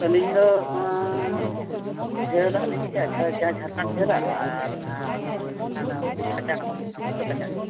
ᱟᱹᱞᱤᱧ ᱫᱚ ᱡᱷᱟᱹᱞᱟᱜ ᱞᱤᱧ ᱤᱫᱤᱭᱟ ᱡᱟᱦᱟᱸ ᱡᱷᱟᱲᱠᱷᱚᱸᱰ ᱡᱷᱟᱹᱞᱟᱜ ᱟᱨ ᱱᱟᱦᱟᱜ ᱚᱱᱟ ᱡᱷᱟᱲᱠᱷᱚᱸᱰ ᱦᱚᱸ ᱠᱟᱪᱟ ᱵᱟᱠᱚ ᱢᱮᱱᱟ ᱯᱷᱩᱴᱟᱹ ᱠᱟᱪᱟ